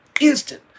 instant